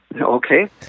Okay